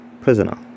prisoner